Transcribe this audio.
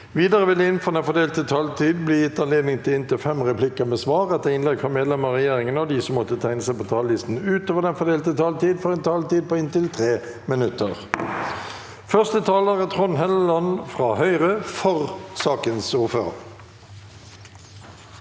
Videre vil det – innenfor den fordelte taletid – bli gitt anledning til inntil fem replikker med svar etter innlegg fra medlemmer av regjeringen, og de som måtte tegne seg på talerlisten utover den fordelte taletid, får også en taletid på inntil 3 minutter. Første taler er Trond Helleland, for sakens ordfører.